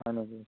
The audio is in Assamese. হয় নেকি